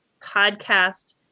podcast